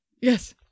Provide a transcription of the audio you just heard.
yes